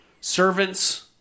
servants